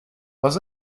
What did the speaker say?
was